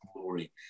glory